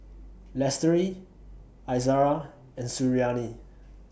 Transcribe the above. Lestari Izara and Suriani